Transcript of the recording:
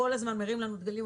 כל הזמן מרים לנו דגלים,